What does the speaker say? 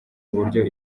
uburyo